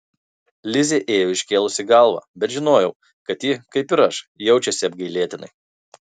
lizė ėjo iškėlusi galvą bet žinojau kad ji kaip ir aš jaučiasi apgailėtinai